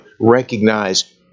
recognize